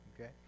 okay